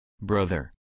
Brother